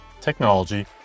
technology